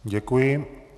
Děkuji.